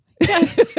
Yes